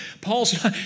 Paul's